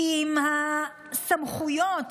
עם סמכויות